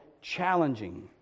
challenging